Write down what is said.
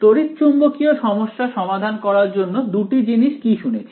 তড়িচ্চুম্বকয়ি সমস্যা সমাধান করার জন্য দুটি জিনিস কি শুনেছি